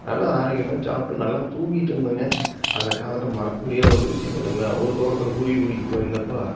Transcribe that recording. நல்லா ஆரோக்கியமாக தான் சாப்பிட்டு நல்லா தூங்கிட்டிருந்தேங்க அந்த காலத்தை மறக்க முடியாத ஒரு விஷயம் என்னெங்கன்னால் ஒரு தோட்டத்தில் குருவி பிடிக்க போய்ருந்தப்போ